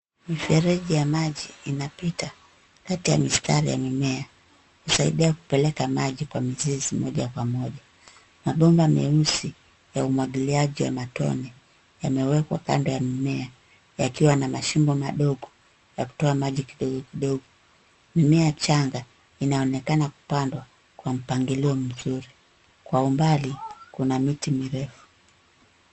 Mifereji ya maji inapita kati ya mistari ya mimea kusaidia kupeleka maji kwa mizizi moja kwa moja. Mabomba meusi ya umwagiliaji wa matone yamewekwa kando ya mimea yakiwa na mashimo madogo ya kutoa maji kidogo kidogo. Mimea mchanga inaonekana kupandwa kwa mpangilio mzuri. Kwa umbali kuna miti mirefu.